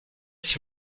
s’il